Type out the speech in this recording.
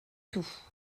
tout